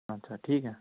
اچھا ٹھیک ہے